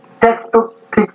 textbook